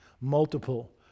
Multiple